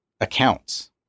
accounts